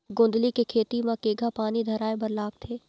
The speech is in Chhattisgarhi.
गोंदली के खेती म केघा पानी धराए बर लागथे?